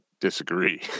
disagree